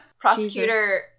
Prosecutor